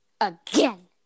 Again